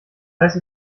heißt